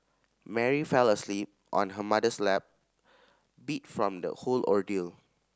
Mary fell asleep on her mother's lap beat from the whole ordeal